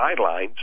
guidelines